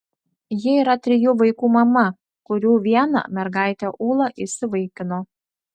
ji yra trijų vaikų mama kurių vieną mergaitę ūlą įsivaikino